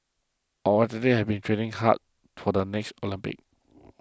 our athletes have been training hard for the next Olympics